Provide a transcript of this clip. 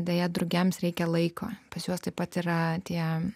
deja drugiams reikia laiko pas juos taip pat yra jam